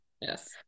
yes